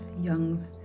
young